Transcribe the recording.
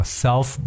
self